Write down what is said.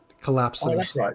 collapses